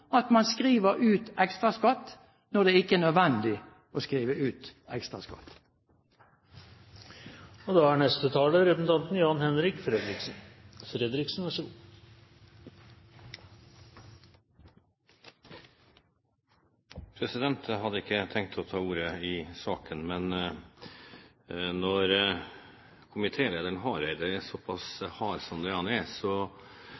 at man skriver ut ekstraskatt når det ikke er nødvendig å skrive ut ekstraskatt. Jeg hadde ikke tenkt å ta ordet i saken, men når komitélederen, Hareide, er såpass